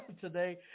today